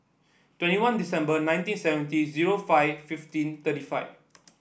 twenty one December nineteen seventy zero four fifteen thirty five